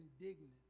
indignant